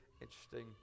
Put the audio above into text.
interesting